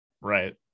Right